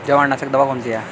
जवारनाशक दवा कौन सी है?